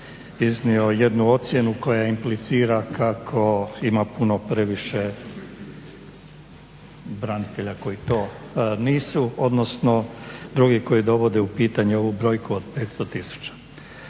iznio jednu ocjenu koja implicira kako ima puno previše branitelja koji to nisu, odnosno drugi koji dovode u pitanje ovu brojku od 500